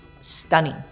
stunning